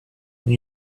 when